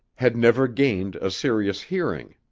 had never gained a serious hearing.